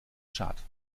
tschad